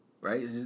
right